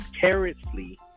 carelessly